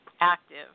active